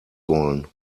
wollen